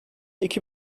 iki